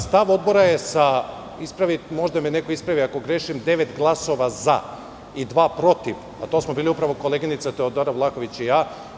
Stav Odbora je, može neko da me ispravi ako grešim, devet glasova za i dva protiv, a to smo bili upravo koleginica Teodora Vlahović i ja.